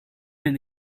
den